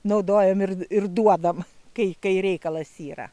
naudojam ir ir duodam kai kai reikalas yra